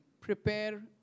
prepare